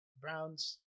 Browns